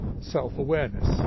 self-awareness